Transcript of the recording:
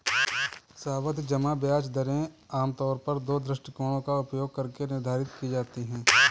सावधि जमा ब्याज दरें आमतौर पर दो दृष्टिकोणों का उपयोग करके निर्धारित की जाती है